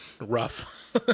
rough